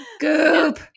Goop